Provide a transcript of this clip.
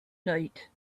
night